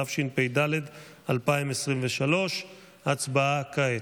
התשפ"ד 2023. הצבעה כעת.